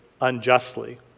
unjustly